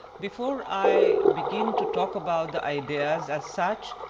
before i begin to talk about the ideas as such,